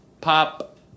Pop